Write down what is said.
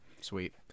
Sweet